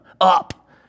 up